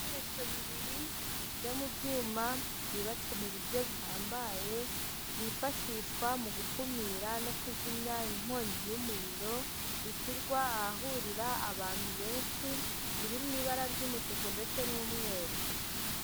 Ibikoresho bibiri byo mu byuma byubatswe mu buryo buhambaye, byifashishwa mu gukumira no kuzimya inkongi y'umuriro, bishyirwa ahahurira abantu benshi biri mu ibara ry'umutuku ndetse n'umweru.